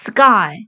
Sky